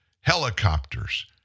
helicopters